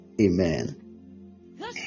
Amen